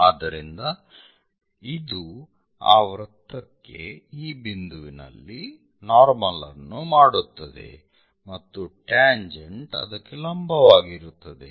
ಆದ್ದರಿಂದ ಇದು ಆ ವೃತ್ತಕ್ಕೆ ಈ ಬಿಂದುವಿನಲ್ಲಿ ನಾರ್ಮಲ್ ಅನ್ನು ಮಾಡುತ್ತದೆ ಮತ್ತು ಟ್ಯಾಂಜೆಂಟ್ ಅದಕ್ಕೆ ಲಂಬವಾಗಿರುತ್ತದೆ